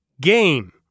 game